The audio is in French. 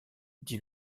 dit